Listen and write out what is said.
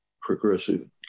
progressive